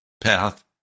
path